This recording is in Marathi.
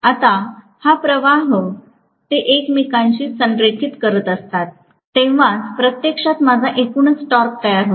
आता हा प्रवाह जेव्हा ते एकमेकांशी संरेखित करत असतात तेव्हाच प्रत्यक्षात माझा एकूणच टॉर्क तयार होतो